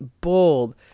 bold